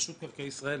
רשות מקרקעי ישראל,